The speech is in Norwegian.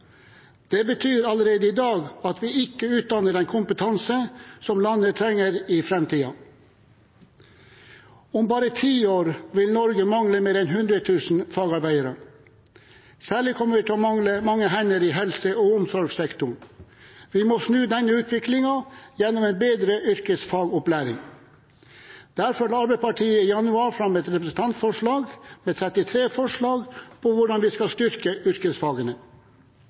Det betyr allerede i dag at vi ikke utdanner for den kompetanse som landet trenger i framtiden. Om bare ti år vil Norge mangle mer enn 100 000 fagarbeidere. Særlig kommer vi til å mangle mange hender i helse- og omsorgssektoren. Vi må snu den utviklingen gjennom en bedre yrkesfagopplæring. Derfor la Arbeiderpartiet i januar fram et representantforslag med 33 punkter om hvordan vi skal styrke yrkesfagene.